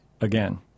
again